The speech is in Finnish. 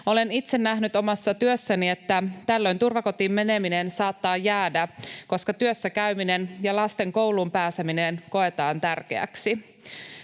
Olen itse nähnyt omassa työssäni, että tällöin turvakotiin meneminen saattaa jäädä, koska työssä käyminen ja lasten kouluun pääseminen koetaan tärkeäksi.